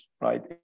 right